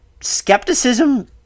skepticism